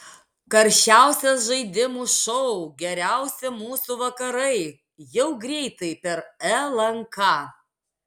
karščiausias žaidimų šou geriausi mūsų vakarai jau greitai per lnk